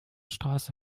straße